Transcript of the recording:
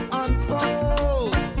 unfold